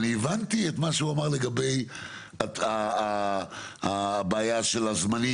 אני הבנתי את מה שהוא אמר לגבי הבעיה של הזמנים,